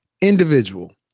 individual